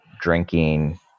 drinking